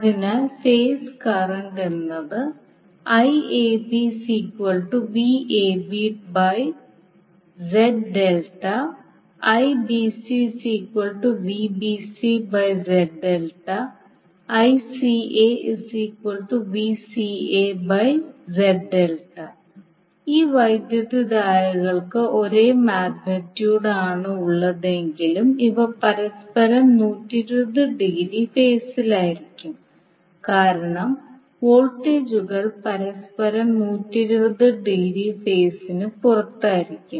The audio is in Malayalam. അതിനാൽ ഫേസ് കറന്റ് എന്നത് ഈ വൈദ്യുതധാരകൾക്ക് ഒരേ മാഗ്നിറ്റ്യൂഡ് ആണ് ഉള്ളതെങ്കിലും ഇവ പരസ്പരം 120 ഡിഗ്രി ഫേസിലായിരിക്കും കാരണം വോൾട്ടേജുകൾ പരസ്പരം 120 ഡിഗ്രി ഫേസിനു പുറത്തായിരിക്കും